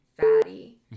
fatty